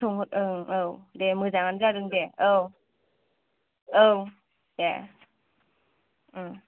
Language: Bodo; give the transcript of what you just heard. सोंहर औ दे मोजाङानो जादों दे औ औ दे